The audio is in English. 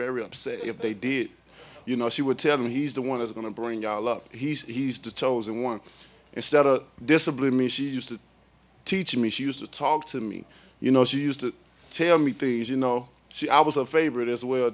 very upset if they did you know she would tell him he's the one who's going to bring our love he's to tell and one instead of discipline me she used to teach me she used to talk to me you know she used to tell me things you know so i was a favorite as a way